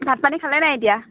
ভাত পানী খালে নাই এতিয়া